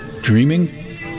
dreaming